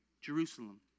Jerusalem